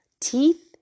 teeth